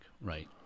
right